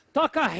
toca